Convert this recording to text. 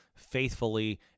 faithfully